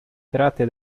tratte